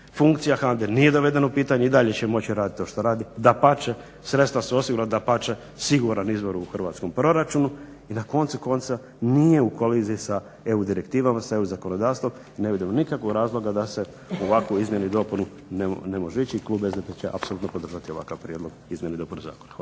Funkcija HANDA-e nije dovedena u pitanje. I dalje će moći raditi to što radi. Dapače, sredstva su osigurana, dapače siguran izvor u hrvatskom proračunu. I na koncu konca nije u koliziji sa EU direktivama, sa EU zakonodavstvom i ne vidimo nikakvog razloga da se u ovakvu izmjenu i dopunu ne može ići i klub SDP-a će apsolutno podržati ovakav prijedlog izmjene i dopune zakona. Hvala.